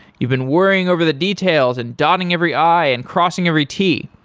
you've been worrying over the details and dotting every i and crossing every t.